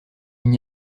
n’y